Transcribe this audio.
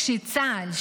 כשצה"ל,